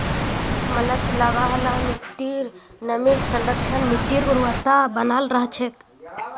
mulch लगा ल मिट्टीर नमीर संरक्षण, मिट्टीर उर्वरता बनाल रह छेक